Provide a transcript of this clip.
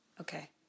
Okay